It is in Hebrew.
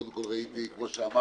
קודם כל, ראיתי, כמו שאמרת,